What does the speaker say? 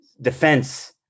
defense